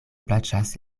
plaĉas